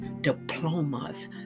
diplomas